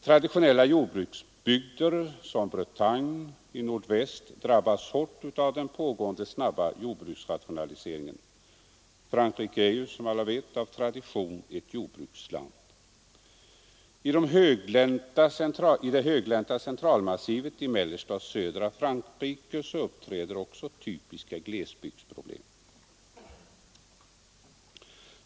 Traditionella jordbruksbygder som Bretagne i nordväst drabbas hårt av den pågående snabba jordbruksrationaliseringen — Frankrike är som bekant av tradition ett jordbruksland. I det höglänta Centralmassivet i mellersta och södra Frankrike uppträder typiska glesbygdsproblem.